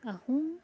Ahom